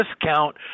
discount